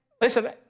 listen